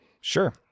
Sure